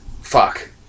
fuck